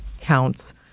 counts